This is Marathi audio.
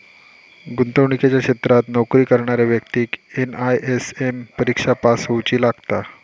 गुंतवणुकीच्या क्षेत्रात नोकरी करणाऱ्या व्यक्तिक एन.आय.एस.एम परिक्षा पास होउची लागता